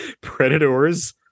predators